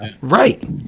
right